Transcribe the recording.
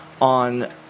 on